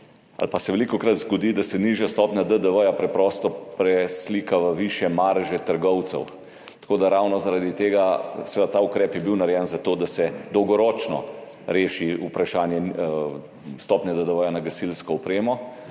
večina, velikokrat zgodi, da se nižja stopnja DDV preprosto preslika v višje marže trgovcev. Tako da ravno zaradi tega. Seveda, ta ukrep je bil narejen zato, da se dolgoročno reši vprašanje stopnje DDV na gasilsko opremo.